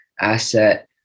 asset